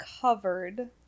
covered